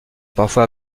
parfois